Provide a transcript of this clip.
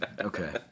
Okay